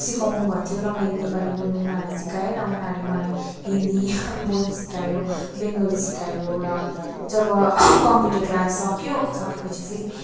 सिकाउनु भन्थ्यो र मैले नेपाली बोल्नु उनीहरूलाई सिकाएँ उनीहरूले मलाई हिन्दी बोल्नु सिकायो बेङ्गली बोल्न सिकायो र जब कम्प्युटर क्लास सकियो सके पछि फेरि